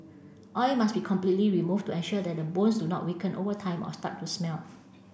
oil must be completely removed to ensure that the bones do not weaken over time or start to smell